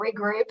regroup